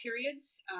periods